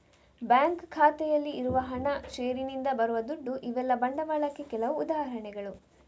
bank ಖಾತೆಯಲ್ಲಿ ಇರುವ ಹಣ, ಷೇರಿನಿಂದ ಬರುವ ದುಡ್ಡು ಇವೆಲ್ಲ ಬಂಡವಾಳಕ್ಕೆ ಕೆಲವು ಉದಾಹರಣೆಗಳು